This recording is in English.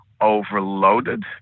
overloaded